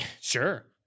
sure